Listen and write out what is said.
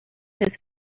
his